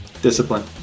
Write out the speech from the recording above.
Discipline